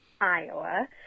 Iowa